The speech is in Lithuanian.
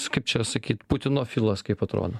kaip čia sakyt putinofilas kaip atrodo